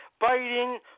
biting